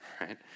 right